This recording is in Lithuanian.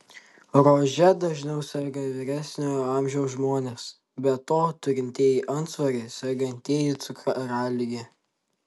rože dažniau serga vyresnio amžiaus žmonės be to turintieji antsvorį sergantieji cukralige